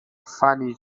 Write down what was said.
funny